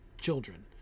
children